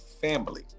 family